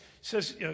says